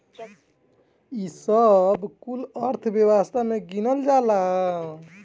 ई सब कुल अर्थव्यवस्था मे गिनल जाला